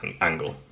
angle